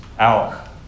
out